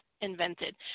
invented